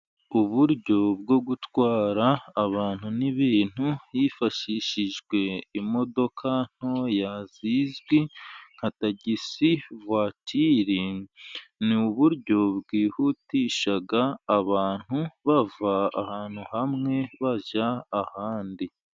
Uburyo bwo gutwara abantu ni ibintu, hifashishijwe imodoka ntoya zizwi nka tagisi vuwatiri, ni uburyo bwihutisha abantu bava ahantu hamwe bajya ahandi.